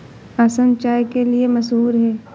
असम चाय के लिए मशहूर है